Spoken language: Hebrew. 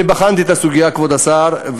אני בחנתי את הסוגיה, כבוד השר.